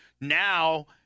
Now